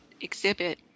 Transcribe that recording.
exhibit